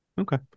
okay